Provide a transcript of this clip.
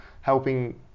helping